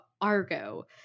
Argo